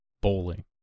Bowling